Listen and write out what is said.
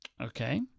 Okay